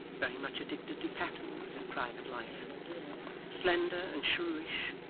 very much addicted to pattens in private life slender and shrewish,